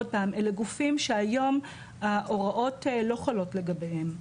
עוד פעם, אלו גופים שהיום ההוראות לא חלות לגביהם.